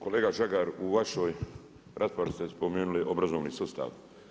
Kolega Žagar u vašoj raspravi ste spomenuli obrazovni sustav.